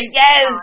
yes